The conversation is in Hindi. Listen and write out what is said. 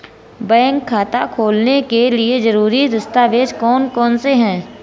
बैंक खाता खोलने के लिए ज़रूरी दस्तावेज़ कौन कौनसे हैं?